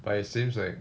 but it seems like